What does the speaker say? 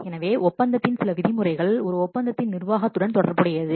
எனவே ஒப்பந்தத்தின் சில விதிமுறைகள் ஒரு ஒப்பந்தத்தின் நிர்வாகத்துடன் தொடர்புடையது